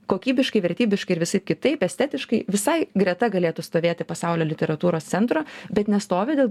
kokybiškai vertybiškai ir visaip kitaip estetiškai visai greta galėtų stovėti pasaulio literatūros centro bet nestovi dėl